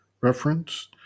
Reference